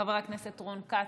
חבר הכנסת רון כץ,